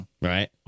Right